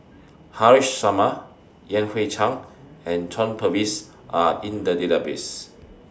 Haresh Sharma Yan Hui Chang and John Purvis Are in The Database